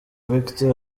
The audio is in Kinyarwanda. victor